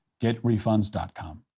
getrefunds.com